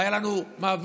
והיה לנו מאבק,